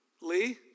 Lee